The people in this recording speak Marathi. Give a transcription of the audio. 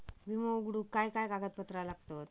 विमो उघडूक काय काय कागदपत्र लागतत?